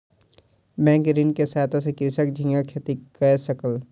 bank ऋण के सहायता सॅ कृषक झींगा खेती कय सकल